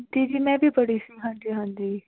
ਜੀ ਜੀ ਮੈ ਵੀ ਪੜ੍ਹੀ ਸੀ ਹਾਂਜੀ ਹਾਂਜੀ